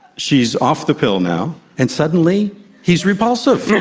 she is off the pill now, and suddenly he's repulsive!